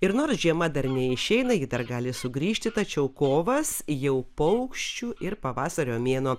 ir nors žiema dar neišeina ji dar gali sugrįžti tačiau kovas jau paukščių ir pavasario mėnuo